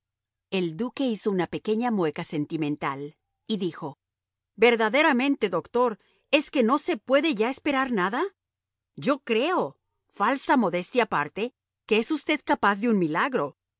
el duque hizo una pequeña mueca sentimental y dijo verdaderamente doctor es que no se puede ya esperar nada yo creo falsa modestia aparte que es usted capaz de un milagro